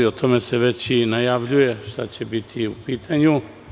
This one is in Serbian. To se već i najavljuje šta će biti u pitanju.